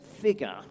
figure